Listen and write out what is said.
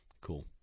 cool